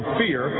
fear